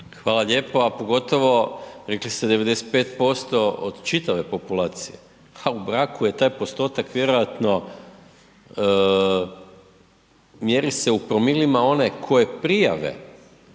Hvala lijepo, a pogotovo, rekli ste 95% od čitave populacije, ha u braku je taj postotak vjerojatno, mjeri se u promilima one koje prijave